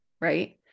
Right